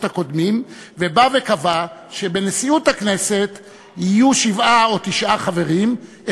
הקודמות ובא וקבע שבנשיאות הכנסת יהיו שבעה או תשעה חברים,